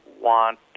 want